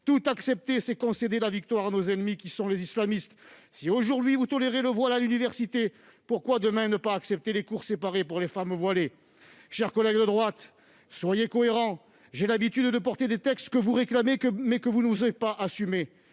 Tout accepter, c'est concéder la victoire à nos ennemis, c'est-à-dire les islamistes ! Si vous tolérez aujourd'hui le voile à l'université, pourquoi ne pas accepter demain les cours séparés pour les femmes voilées ? Chers collègues de droite, soyez cohérents ! J'ai l'habitude de défendre des textes que vous réclamez, mais que vous n'osez pas assumer.